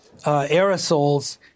aerosols